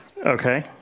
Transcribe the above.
Okay